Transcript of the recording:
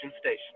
station